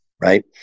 right